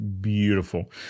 Beautiful